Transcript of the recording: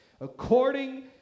According